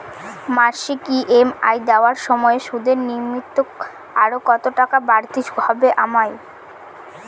মাসিক ই.এম.আই দেওয়ার সময়ে সুদের নিমিত্ত আরো কতটাকা বাড়তি গুণতে হবে আমায়?